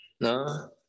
no